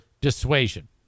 Dissuasion